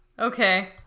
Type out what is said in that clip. Okay